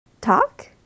Talk